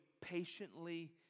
patiently